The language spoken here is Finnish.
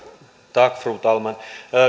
tack fru talman